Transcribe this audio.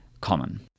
common